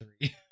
Three